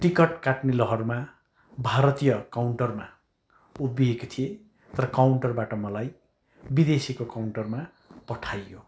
ticket काट्ने लहरमा भारतीय काउन्टरमा उभिएको थिएँ तर काउन्टरबाट मलाई विदेशीको काउन्टरमा पठाइयो